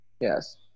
yes